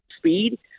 speed